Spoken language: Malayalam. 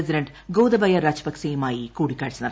പ്രസിഡന്റ് ഗോതബയ രജപക്സെയുമായി കൂടിക്കാഴ്ച നടത്തും